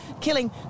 killing